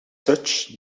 such